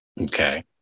Okay